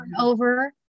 over